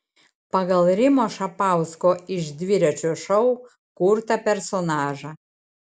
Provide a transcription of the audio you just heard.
pagal rimo šapausko iš dviračio šou kurtą personažą